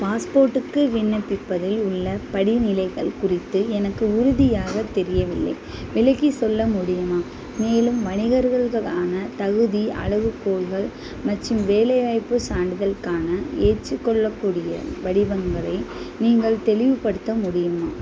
பாஸ்போர்ட்டுக்கு விண்ணப்பிப்பதில் உள்ள படிநிலைகள் குறித்து எனக்கு உறுதியாக தெரியவில்லை விளக்கிச் சொல்ல முடியுமா மேலும் வணிகர்களுக்கான தகுதி அளவுகோல்கள் மற்றும் வேலைவாய்ப்பு சான்றிதழுக்கான ஏற்றுக்கொள்ளக்கூடிய வடிவங்களை நீங்கள் தெளிவுபடுத்த முடியுமா